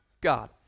God